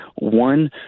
one